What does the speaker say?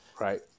right